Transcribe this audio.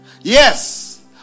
Yes